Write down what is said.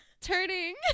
turning